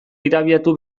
irabiatu